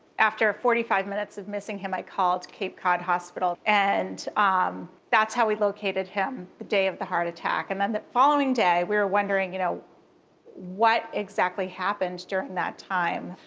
after forty five minutes of missing him, i called cape cod hospital, and ah um that's how we located him the day of the heart attack. and then the following day, we were wondering you know what exactly happened during that time.